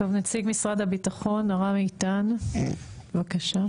נציג משרד הביטחון ארם איתן בבקשה.